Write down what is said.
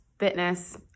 Fitness